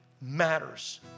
matters